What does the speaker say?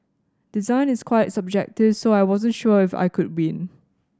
design is quite subjective so I wasn't sure if I could win